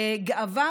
איפה הוא?